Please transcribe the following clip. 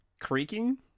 creaking